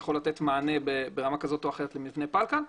יכול לתת מענה ברמה כזו או אחרת למבנה פלקל.